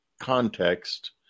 context